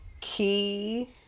key